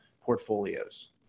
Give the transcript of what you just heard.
portfolios